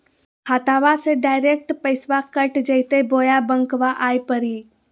खाताबा से डायरेक्ट पैसबा कट जयते बोया बंकबा आए परी?